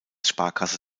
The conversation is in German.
sparkasse